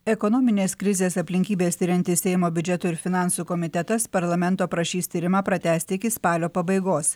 ekonominės krizės aplinkybes tiriantis seimo biudžeto ir finansų komitetas parlamento prašys tyrimą pratęsti iki spalio pabaigos